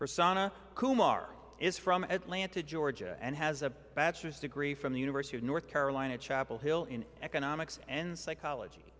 persona kumar is from atlanta georgia and has a bachelor's degree from the university of north carolina chapel hill in economics and psychology